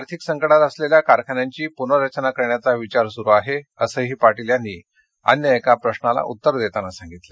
आर्थिक संकटात असलेल्या कारखान्यांची पुनर्रचना करण्याचा विचार सुरू आहे असं पाटील यांनी अन्य एका प्रश्नाला उत्तर देताना सांगितलं